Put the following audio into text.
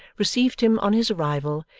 received him on his arrival,